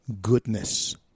goodness